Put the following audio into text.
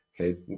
okay